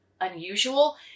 unusual